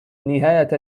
نهاية